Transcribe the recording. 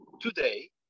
today